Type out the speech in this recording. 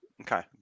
Okay